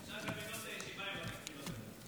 אפשר לנעול את הישיבה עם התקציב הזה.